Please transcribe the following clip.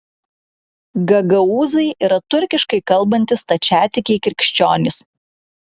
gagaūzai yra turkiškai kalbantys stačiatikiai krikščionys